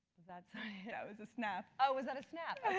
that yeah was a snap. ah was that a snap,